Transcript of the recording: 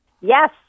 Yes